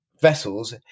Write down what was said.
vessels